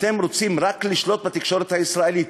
אתם רוצים רק לשלוט בתקשורת הישראלית.